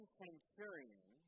centurion